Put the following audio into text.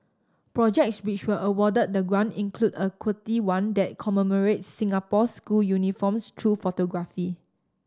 projects which were awarded the grant include a quirky one that commemorates Singapore's school uniforms through photography